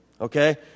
okay